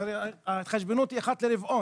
הרי ההתחשבנות היא אחת לרבעון,